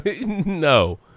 No